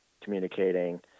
communicating